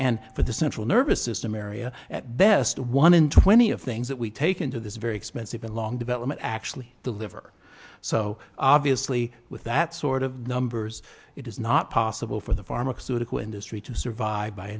for the central nervous system area at best a one in twenty of things that we take into this very expensive and long development actually deliver so obviously with that sort of numbers it is not possible for the pharmaceutical industry to survive by